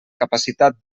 capacitat